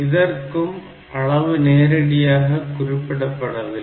இதற்கும் அளவு நேரடியாக குறிப்பிடப்படவில்லை